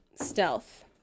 Stealth